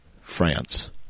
France